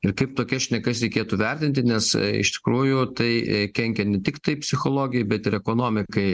ir kaip tokias šnekas reikėtų vertinti nes iš tikrųjų tai kenkia ne tiktai psichologijai bet ir ekonomikai